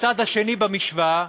הצד השני במשוואה,